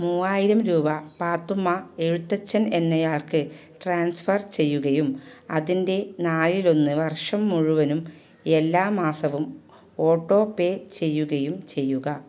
മൂവായിരം രൂപ പാത്തുമ്മ എഴുത്തച്ഛൻ എന്നയാൾക്ക് ട്രാൻസ്ഫർ ചെയ്യുകയും അതിൻ്റെ നാലിലൊന്ന് വർഷം മുഴുവനും എല്ലാ മാസവും ഓട്ടോപേ ചെയ്യുകയും ചെയ്യുക